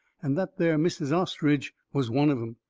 and that there mrs. ostrich was one of em.